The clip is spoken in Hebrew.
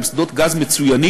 הם שדות גז מצוינים,